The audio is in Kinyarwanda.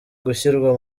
gushyirwa